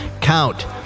count